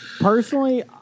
Personally